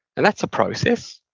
and that's a process.